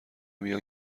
میان